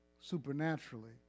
supernaturally